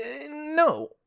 No